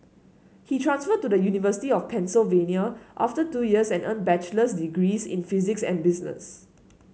he transferred to the University of Pennsylvania after two years and earned bachelor's degrees in physics and business